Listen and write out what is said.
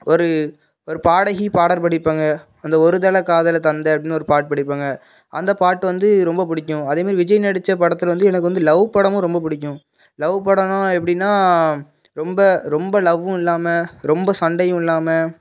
ஒரு ஒரு பாடகி பாடல் பாடிருப்பாங்க அந்த ஒரு தலை காதலை தந்த அப்படினு ஒரு பாட்டு பாடிருப்பாங்க அந்த பாட்டு வந்து ரொம்ப பிடிக்கும் அதே மாரி விஜய் நடித்த படத்தில் வந்து எனக்கு வந்து லவ் படமும் ரொம்ப பிடிக்கும் லவ் படம்னால் எப்படின்னா ரொம்ப ரொம்ப லவ்வும் இல்லாமல் ரொம்ப சண்டையும் இல்லாமல்